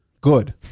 good